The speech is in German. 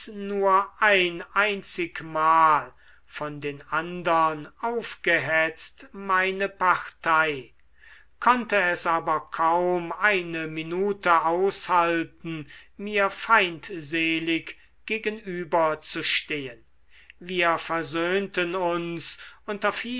nur ein einzigmal von den andern aufgehetzt meine partei konnte es aber kaum eine minute aushalten mir feindselig gegenüberzustehen wir versöhnten uns